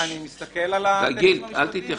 אני מסתכל על הטקסטים המשפטיים.